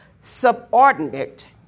subordinate